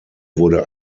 wurde